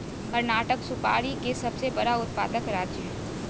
कर्नाटक सुपारी के सबसे बड़ा उत्पादक राज्य हय